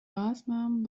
maßnahmen